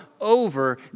over